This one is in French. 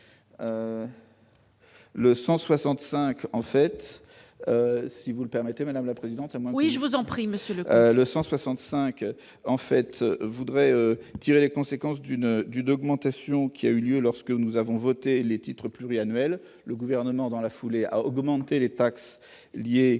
Le 165 en fait, si vous le permettez, Madame la Présidente à moins. Oui, je vous en prime. Le 100 65 ans fait voudrait tirer les conséquences d'une d'une augmentation qui a eu lieu lorsque nous avons voté les titres pluriannuels le gouvernement dans la foulée à augmenter les taxes liées